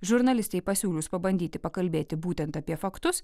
žurnalistei pasiūlius pabandyti pakalbėti būtent apie faktus